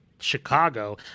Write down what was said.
Chicago